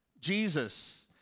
Jesus